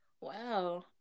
wow